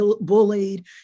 bullied